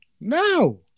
No